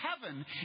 heaven